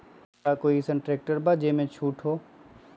का कोइ अईसन ट्रैक्टर बा जे पर छूट हो?